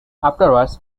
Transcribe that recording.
afterwards